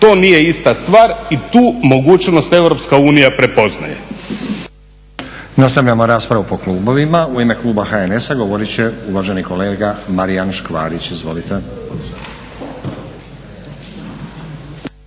To nije ista stvar i tu mogućnost EU prepoznaje.